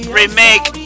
remake